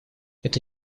это